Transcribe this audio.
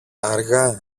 αργά